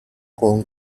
con